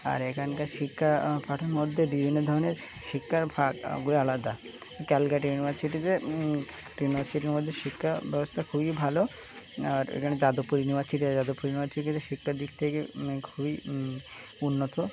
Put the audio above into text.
আর এখানকার শিক্ষা পাঠের মধ্যে বিভিন্ন ধরনের শিক্ষার ভাগো আলাদা ক্যালকাটা ইউনিভার্সিটিতে ইউনিভার্সিটির মধ্যে শিক্ষা ব্যবস্থা খুবই ভালো আর এখানে যাদবপুর ইউনিভার্সিটি যাদবপুর ইউনিভার্সিটিতে শিক্ষার দিক থেকে খুবই উন্নত